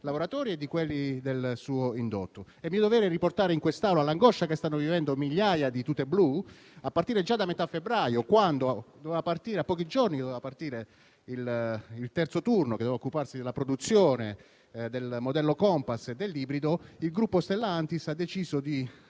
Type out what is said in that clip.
lavoratori e di quelli del suo indotto. È mio dovere riportare in quest'Aula l'angoscia che stanno vivendo migliaia di tute blu, già a partire da metà febbraio, quando, a pochi giorni da quando sarebbe dovuto partire il terzo turno che doveva occuparsi della produzione del modello Compass e dell'ibrido, il gruppo Stellantis ha deciso di